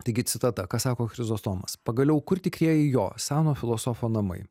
taigi citata ką sako chrizostomas pagaliau kur tikrieji jo seno filosofo namai